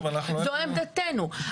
זו עמדתנו.